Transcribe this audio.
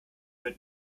wird